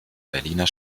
berliner